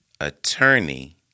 Attorney